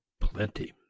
plenty